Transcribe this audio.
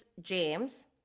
James